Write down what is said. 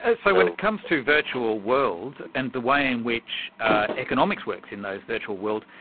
and so when it comes to virtual worlds, and the way in which economics works in those virtual worlds,